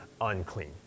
unclean